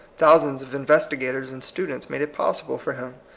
thousands of investigators and students made it possible for him.